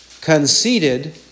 conceited